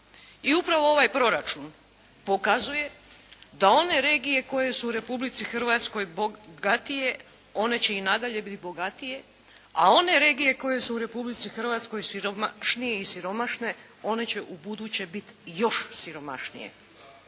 I upravo ovaj proračun pokazuje da one regije koje su u Republici Hrvatskoj bogatije, one će i nadalje biti bogatije, a one regije koje su u Republici Hrvatskoj siromašnije i siromašne, one će ubuduće biti još siromašnije.